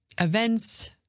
events